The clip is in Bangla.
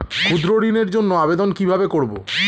ক্ষুদ্র ঋণের জন্য আবেদন কিভাবে করব?